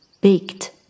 baked